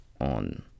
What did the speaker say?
on